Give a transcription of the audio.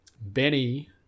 Benny